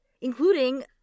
including